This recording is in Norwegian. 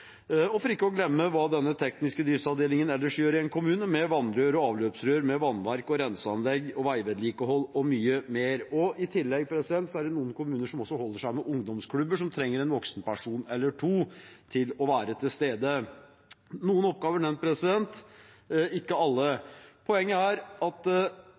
for ikke å glemme hva denne tekniske driftsavdelingen ellers gjør i en kommune, med vannrør og avløpsrør, med vannverk, renseanlegg, veivedlikehold og mye mer. I tillegg er det noen kommuner som holder seg med ungdomsklubber som trenger en voksen person eller to til å være til stede. Noen oppgaver er nevnt, ikke alle. Poenget er at